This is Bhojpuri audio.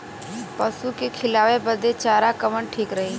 पशु के खिलावे बदे चारा कवन ठीक रही?